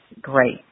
great